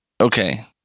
Okay